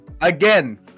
Again